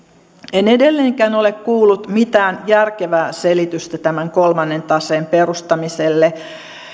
en edelleenkään ole kuullut mitään järkevää selitystä tämän kolmannen taseen perustamiselle